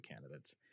candidates